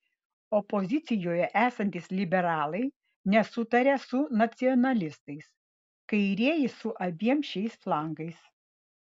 opozicijoje esantys liberalai nesutaria su nacionalistais kairieji su abiem šiais flangais